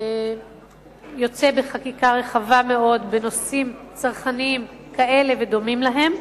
יוצא בחקיקה רחבה מאוד בנושאים צרכניים כאלה ודומים להם,